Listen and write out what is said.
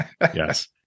yes